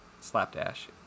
slapdash